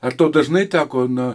ar tau dažnai teko na